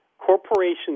Corporations